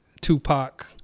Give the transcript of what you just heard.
Tupac